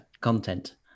content